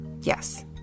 Yes